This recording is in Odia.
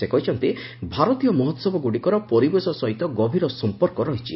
ସେ କହିଛନ୍ତି ଭାରତୀୟ ମହୋହବଗୁଡିକ ପରିବେଶ ସହିତ ଗଭୀର ସମ୍ପର୍କ ରହିଛି